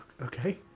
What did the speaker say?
Okay